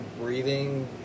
breathing